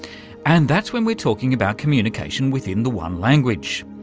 and that's when we're talking about communication within the one language.